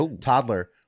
toddler